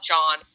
John